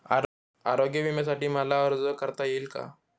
आरोग्य विम्यासाठी मला अर्ज करता येईल का?